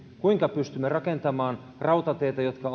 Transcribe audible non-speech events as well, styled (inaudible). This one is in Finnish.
kuinka pystymme rakentamaan rautateitä jotka (unintelligible)